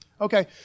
Okay